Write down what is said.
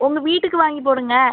உங்க வீட்டுக்கு வாங்கி போடுங்கள்